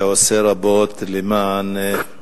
שעושה רבות למען